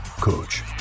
Coach